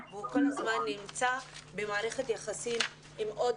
והוא כל הזמן נמצא במערכת יחסים עם עוד